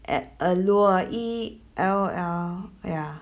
at Ellure ah E L L wait ah